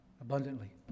abundantly